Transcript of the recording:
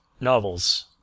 novels